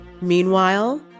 Meanwhile